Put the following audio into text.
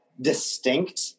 distinct